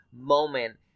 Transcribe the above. moment